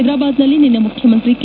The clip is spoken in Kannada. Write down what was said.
ಹೈದರಾಬಾದ್ನಲ್ಲಿ ನಿನ್ನೆ ಮುಖ್ಯಮಂತ್ರಿ ಕೆ